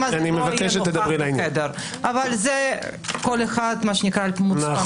הזה לא יהיה בחדר אבל כל אחד לפי מצפונו.